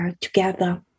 together